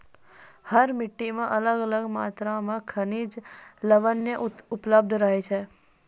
हर मिट्टी मॅ अलग अलग मात्रा मॅ खनिज लवण उपलब्ध रहै छै